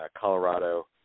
Colorado